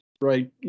right